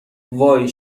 وای